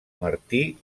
martí